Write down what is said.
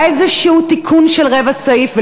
היה איזה תיקון של רבע סעיף,